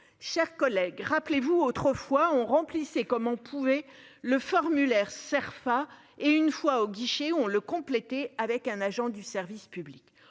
Chers collègues, rappelez-vous, autrefois on remplit comme on pouvait le formulaire Cerfa et une fois au guichet, on le compléter avec un agent du service public.